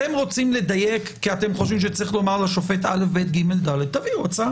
אתם רוצים לדייק כי אתם חושבים שצריך לומר לשופט כך וכך - תביאו הצעה.